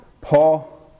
Paul